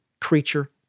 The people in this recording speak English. creature